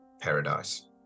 paradise